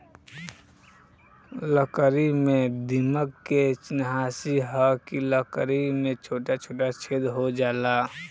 लकड़ी में दीमक के चिन्हासी ह कि लकड़ी में छोटा छोटा छेद हो जाला